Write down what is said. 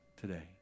today